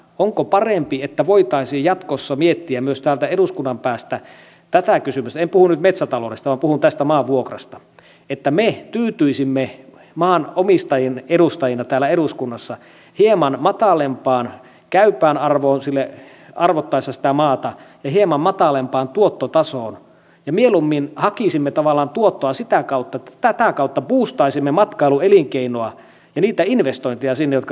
onko parempi että voitaisiin jatkossa miettiä myös täältä eduskunnan päästä tätä kysymystä niin en puhu nyt metsätaloudesta vaan puhun tästä maanvuokrasta että me tyytyisimme maanomistajien edustajina täällä eduskunnassa hieman matalampaan käypään arvoon arvotettaessa sitä maata ja hieman matalampaan tuottotasoon ja mieluummin hakisimme tavallaan tuottoa sitä kautta että buustaisimme sinne matkailuelinkeinoa ja niitä investointeja jotka syntyisivät